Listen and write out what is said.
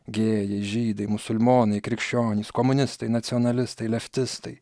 gėjai žydai musulmonai krikščionys komunistai nacionalistai leftistai